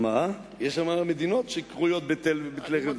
יש שם מדינות שקרויות בית-אל ובית-לחם.